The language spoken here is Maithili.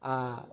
आ